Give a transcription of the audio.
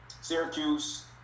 Syracuse